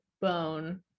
bone